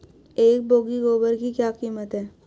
एक बोगी गोबर की क्या कीमत है?